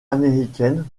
américaine